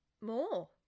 more